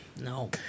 No